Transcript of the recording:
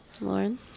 Lauren